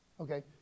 Okay